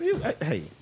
Hey